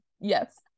Yes